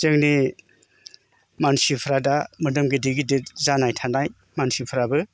जोंनि मानसिफ्रा दा मोदोम गिदिद गिदिद जानाय थानाय मानसिफ्राबो